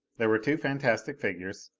there were two fantastic figures,